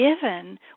given